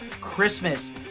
Christmas